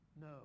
no